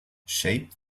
shape